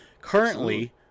Currently